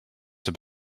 have